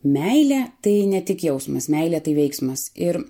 meilė tai ne tik jausmas meilė tai veiksmas ir